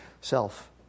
self